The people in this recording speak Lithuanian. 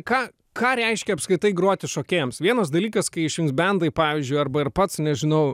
ką ką reiškia apskritai groti šokėjams vienas dalykas kai švinks bendai pavyzdžiui arba ir pats nežinau